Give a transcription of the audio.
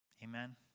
Amen